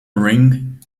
ring